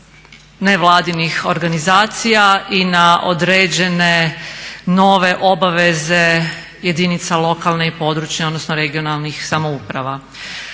nevladinih organizacija i na određene nove obveze jedinica lokalne i područne, odnosno regionalnih samouprava.